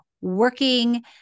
working